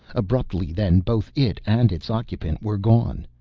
abruptly then both it and its occupant were gone.